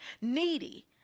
Needy